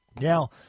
Now